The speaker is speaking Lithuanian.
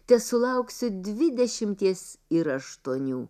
tesulauksiu dvidešimties ir aštuonių